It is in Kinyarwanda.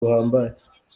buhambaye